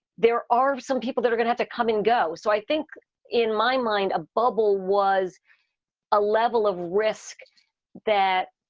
there are some people that are gonna have to come and go. so i think in my mind, a bubble was a level of risk that